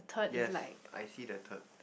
yes I see the turd